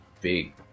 big